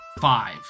five